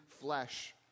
flesh